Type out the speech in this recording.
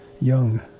young